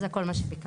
זה כל מה שביקשתי.